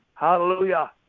Hallelujah